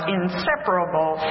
inseparable